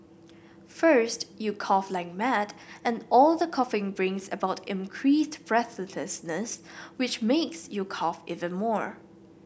first you cough like mad and all the coughing brings about increased breathlessness which makes you cough even more